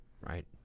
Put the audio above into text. Right